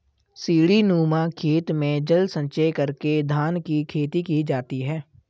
सीढ़ीनुमा खेत में जल संचय करके धान की खेती की जाती है